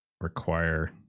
require